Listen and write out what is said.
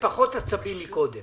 בפחות עצבים מקודם